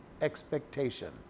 expectation